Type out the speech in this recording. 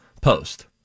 Post